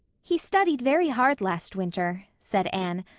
he studied very hard last winter, said anne.